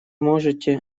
можете